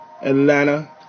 Atlanta